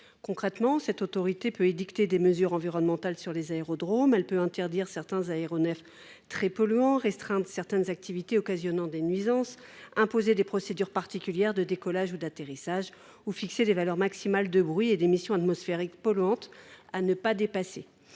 Concrètement, cette autorité peut édicter des mesures environnementales sur les aérodromes, interdire certains aéronefs très polluants, restreindre certaines activités occasionnant des nuisances, imposer des procédures particulières de décollage ou d’atterrissage, ou fixer des valeurs maximales de bruit et d’émissions atmosphériques polluantes à ne pas dépasser.